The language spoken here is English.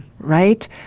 Right